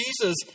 Jesus